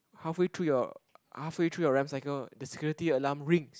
halfway through your halfway through your Rem cycle the security alarm rings